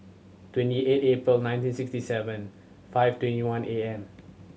twenty eight April nineteen sixty seven five twenty one A M